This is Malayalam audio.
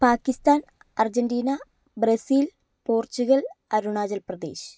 Pakistan Argentina Brazil Portugal Arunachal Pradesh